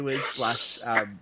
slash